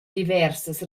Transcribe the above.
diversas